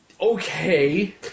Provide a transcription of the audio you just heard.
okay